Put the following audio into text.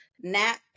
nap